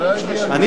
תמיד את החברים שלך?